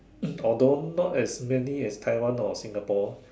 although not as many as Taiwan or Singapore